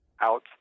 out